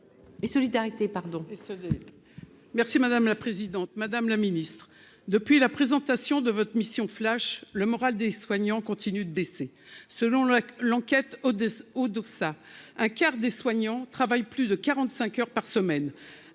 Merci madame la présidente, madame la Ministre, depuis la présentation de votre mission flash le moral des soignants, continue de baisser, selon l'enquête, oh Odoxa un quart des soignants travaillent plus de 45 heures par semaine,